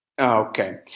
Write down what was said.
Okay